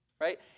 right